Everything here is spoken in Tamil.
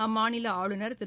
அம்மாநில ஆளுநர் திரு